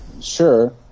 Sure